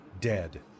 dead